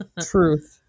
Truth